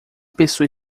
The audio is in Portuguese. pessoa